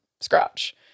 scratch